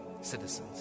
citizens